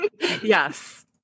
Yes